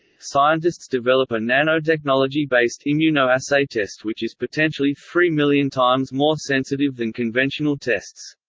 scientists develop a nanotechnology-based immunoassay test which is potentially three million times more sensitive than conventional tests.